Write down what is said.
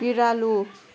बिरालो